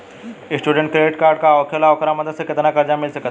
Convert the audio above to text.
Student credit card का होखेला और ओकरा मदद से केतना कर्जा मिल सकत बा?